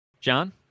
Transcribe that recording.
John